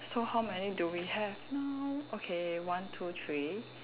so how many do we have now okay one two three